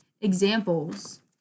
examples